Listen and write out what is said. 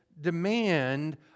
demand